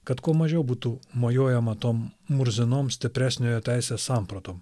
kad kuo mažiau būtų mojuojama tom murzinom stipresniojo teisės sampratom